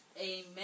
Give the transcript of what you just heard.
Amen